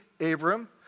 Abram